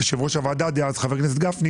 עם יושב ראש הוועדה דאז חבר הכנסת גפני